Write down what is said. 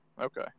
Okay